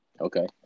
Okay